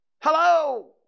Hello